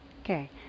Okay